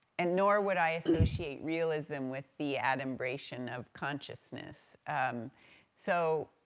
and nor would i associate realism with the adumbration of consciousness. um so,